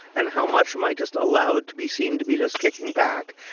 and how much am i just allowed to be seen to be just kicking back?